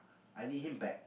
I need him back